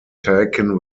taken